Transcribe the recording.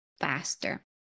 faster